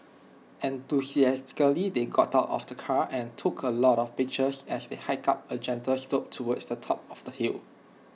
enthusiastically they got out of the car and took A lot of pictures as they hiked up A gentle slope towards the top of the hill